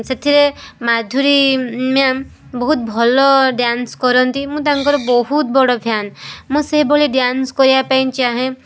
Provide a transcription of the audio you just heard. ସେଥିରେ ମାଧୁରୀ ମ୍ୟାମ୍ ବହୁତ ଭଲ ଡ୍ୟାନ୍ସ କରନ୍ତି ମୁଁ ତାଙ୍କର ବହୁତ ବଡ଼ ଫ୍ୟାନ୍ ମୁଁ ସେଇଭଳି ଡ୍ୟାନ୍ସ କରିବା ପାଇଁ ଚାହେଁ